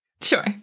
Sure